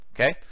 Okay